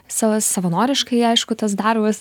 sava savanoriškai aišku tas darbas